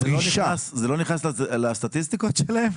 הדרישה מאיתנו --- זה לא נכנס לסטטיסטיקות שלהם?